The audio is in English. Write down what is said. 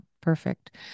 Perfect